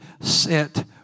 set